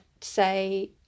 say